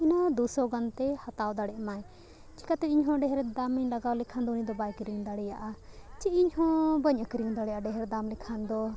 ᱤᱱᱟᱹ ᱫᱩ ᱥᱚ ᱜᱟᱱ ᱛᱮ ᱦᱟᱛᱟᱣ ᱫᱟᱲᱮᱭᱟᱜᱢᱟᱭ ᱪᱮᱠᱟᱛᱮ ᱤᱧ ᱦᱚᱸ ᱰᱷᱮᱹᱨ ᱫᱟᱢᱤᱧ ᱞᱟᱜᱟᱣ ᱞᱮᱠᱷᱟᱱ ᱫᱚ ᱩᱱᱤ ᱫᱚ ᱵᱟᱭ ᱠᱤᱨᱤᱧ ᱫᱟᱲᱮᱭᱟᱜᱼᱟ ᱪᱮᱫ ᱤᱧ ᱦᱚᱸ ᱵᱟᱹᱧ ᱟᱹᱠᱷᱨᱤᱧ ᱫᱟᱲᱮᱭᱟᱜᱼᱟ ᱰᱷᱮᱹᱨ ᱫᱟᱢ ᱞᱮᱠᱷᱟᱱ ᱫᱚ